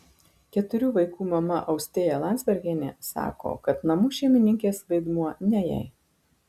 keturių vaikų mama austėja landzbergienė sako kad namų šeimininkės vaidmuo ne jai